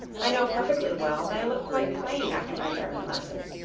i know perfectly well that i look quite plain after my german lesson.